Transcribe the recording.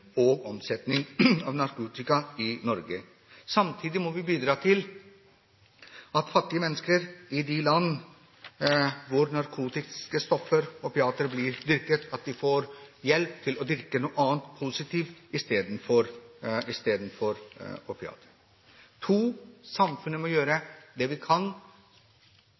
og omsetning av narkotika i Norge. Samtidig må vi bidra til at fattige mennesker i de land hvor narkotiske stoffer, opiater, blir dyrket, får hjelp til å dyrke noe annet, positivt, i stedet for opiater. For det andre må samfunnet gjøre det det kan når det gjelder holdningsbyggende arbeid. Her må vi